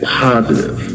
positive